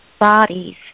bodies